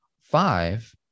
five